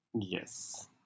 Yes